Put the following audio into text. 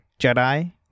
Jedi